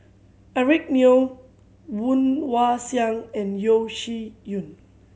Eric Neo Woon Wah Siang and Yeo Shih Yun